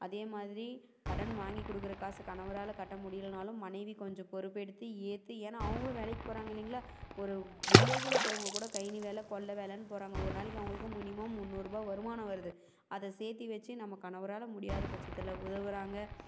அதே மாதிரி கடன் வாங்கி கொடுக்குற காசுக்கு கணவரால் கட்ட முடியலைனாலும் மனைவி கொஞ்சம் பொறுப்பெடுத்து ஏற்று ஏன்னா அவங்களும் வேலைக்கு போகிறாங்க இல்லைங்களா ஒரு வில்லேஜில் இருக்குறவங்க கூட கழனி வேலை கொல்லை வேலைனு போகிறாங்க ஒரு நாளைக்கு அவங்களுக்கு மினிமம் முன்னூறுரூபா வருமானம் வருகுது அதை சேர்த்தி வச்சு நம்ம கணவரால் முடியாதபட்சத்துல உதவறாங்க